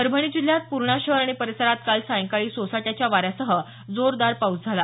परभणी जिल्ह्यात पूर्णा शहर आणि परिसरात काल सायंकाळी सोसाट्याच्या वाऱ्यासह जोरदार पाऊस झाला